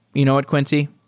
you know what, quincy?